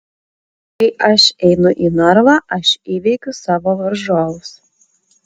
kai aš einu į narvą aš įveikiu savo varžovus